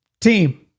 team